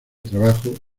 trabajó